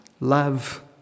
Love